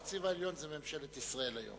היום הנציב העליון זה ממשלת ישראל.